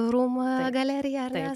rūmų galeriją